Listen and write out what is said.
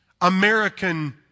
American